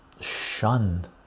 shunned